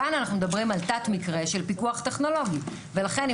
כאן אנחנו מדברים על תת מקרה של פיקוח טכנולוגי ולכן אם